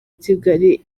kigali